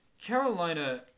Carolina